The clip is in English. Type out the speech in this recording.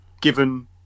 given